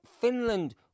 Finland